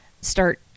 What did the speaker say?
start